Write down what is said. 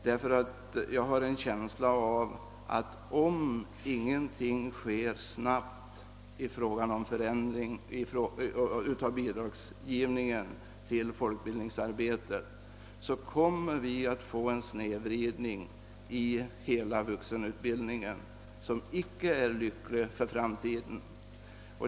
Jag har nämligen en känsla av att vi, om inte en snabb förändring av bidragsgivningen till folkbildningsarbetet genomföres, kommer att få en snedvridning av hela vuxenutbildningen som icke är lycklig för framtiden.